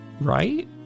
right